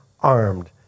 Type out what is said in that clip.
armed